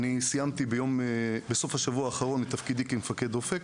סיימתי בסוף השבוע האחרון את תפקידי כמפקד אופק.